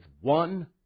one